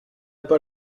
pas